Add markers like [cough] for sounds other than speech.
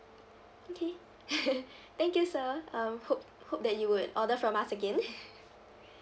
okay [laughs] [breath] thank you sir um hope hope that you would order from us again [laughs]